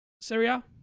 Syria